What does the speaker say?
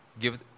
Give